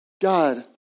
God